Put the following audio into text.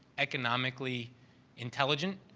economically intelligent,